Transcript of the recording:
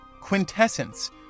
quintessence